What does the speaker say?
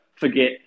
forget